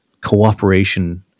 cooperation